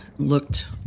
looked